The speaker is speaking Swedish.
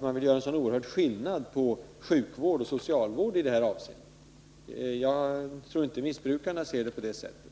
man vill göra så oerhört stor skillnad på sjukvård och socialvård i det avseendet. Jag tror inte att missbrukarna ser det på det sättet.